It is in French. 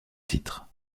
titre